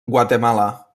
guatemala